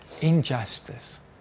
injustice